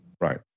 Right